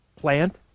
plant